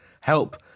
help